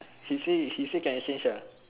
she say she say can exchange uh